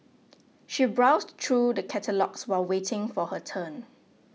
she browsed through the catalogues while waiting for her turn